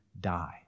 die